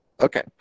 Okay